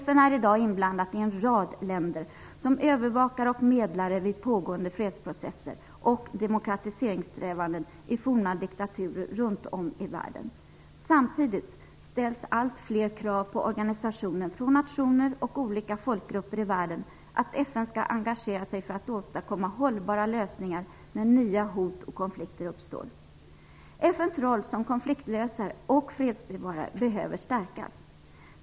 FN är i dag inblandat i en rad länder som övervakare och medlare vid pågående fredsprocesser och demokratiseringssträvanden i forna diktaturer runt om i världen. Samtidigt ställs allt fler krav på organisationen från nationer och olika folkgrupper i världen att FN skall engagera sig för att åstadkomma hållbara lösningar när nya hot och konflikter uppstår. FN:s roll som konfliktlösare och fredsbevarare behöver stärkas.